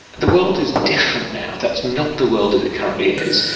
the world is different now, that's not the world as it currently is.